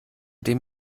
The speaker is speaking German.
dem